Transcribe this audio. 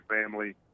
family